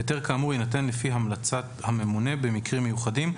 היתר כאמור יינתן לפי המלצת הממונה במקרים מיוחדים,